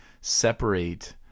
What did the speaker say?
separate